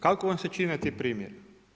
Kako vam se čine ti primjeri?